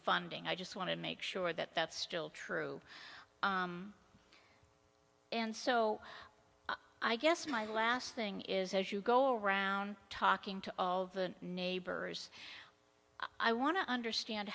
funding i just want to make sure that that's still true and so i guess my last thing is as you go around talking to all of the neighbors i want to understand